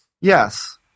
Yes